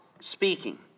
speaking